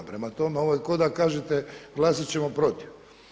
Prema tome, ovo je kao da kažete glasat ćemo protiv.